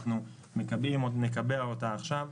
אנחנו נקבע אותה עכשיו.